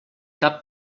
cap